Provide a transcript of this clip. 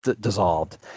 dissolved